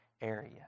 area